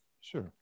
sure